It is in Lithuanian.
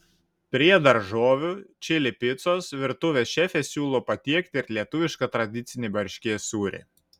prie daržovių čili picos virtuvės šefė siūlo patiekti ir lietuvišką tradicinį varškės sūrį